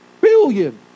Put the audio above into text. billion